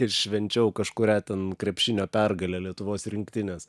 kai švenčiau kažkurią ten krepšinio pergalę lietuvos rinktinės